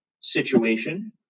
situation